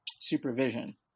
supervision